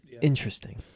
Interesting